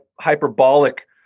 hyperbolic